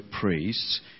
priests